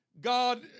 God